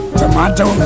tomato